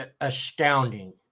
astounding